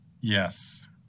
Yes